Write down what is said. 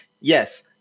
yes